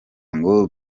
ngo